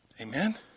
Amen